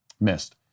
missed